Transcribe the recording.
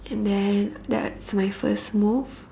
and then that's my first move